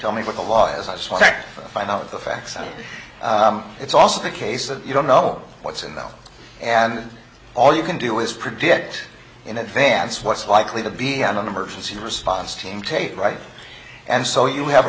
tell me what the law is i suspect find out the facts it's also the case that you don't know what's in them and all you can do is predict in advance what's likely to be an emergency response team tape right and so you have